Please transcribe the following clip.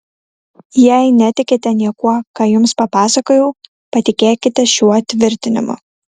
jei netikite niekuo ką jums papasakojau patikėkite šiuo tvirtinimu